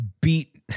beat